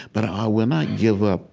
but i will not give up